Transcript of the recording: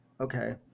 okay